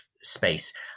space